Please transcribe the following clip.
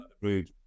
rude